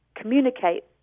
communicate